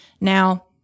Now